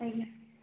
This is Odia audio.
ଆଜ୍ଞା